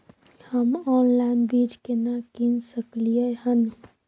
हम ऑनलाइन बीज केना कीन सकलियै हन?